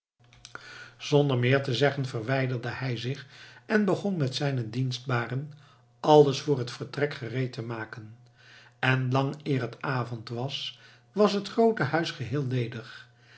zonder meer te zeggen verwijderde hij zich en begon met zijne dienstbaren alles voor het vertrek gereed te maken en lang eer het avond was was het groote huis geheel ledig